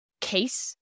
case